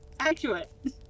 accurate